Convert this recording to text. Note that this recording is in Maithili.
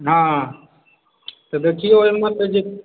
हँ तऽ देखिऔ ओहिमे तऽ जे